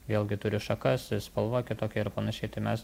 vėlgi turi šakas spalva kitokia ir panašiai tai mes